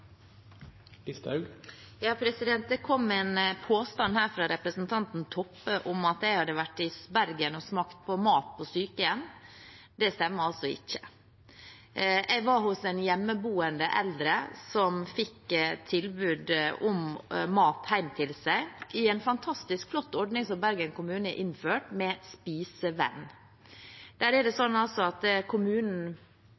Toppe om at jeg hadde vært i Bergen og smakt på mat på sykehjem. Det stemmer ikke. Jeg var hos en hjemmeboende eldre som fikk tilbud om mat hjem til seg, i en fantastisk flott ordning som Bergen kommune har innført, med spisevenn. Der er det